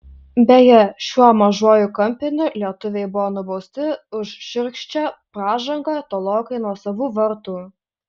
beje šiuo mažuoju kampiniu lietuviai buvo nubausti už šiurkščią pražangą tolokai nuo savų vartų